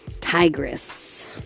Tigress